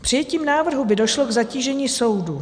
Přijetím návrhu by došlo k zatížení soudů.